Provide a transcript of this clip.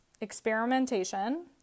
Experimentation